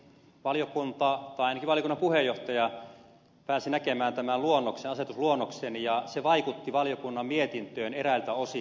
valiokunta tai ainakin valiokunnan puheenjohtaja pääsi näkemään tämän asetusluonnoksen ja se vaikutti valiokunnan mietintöön eräiltä osin